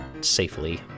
safely